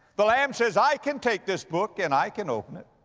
the lamb says, i can take this book and i can open it.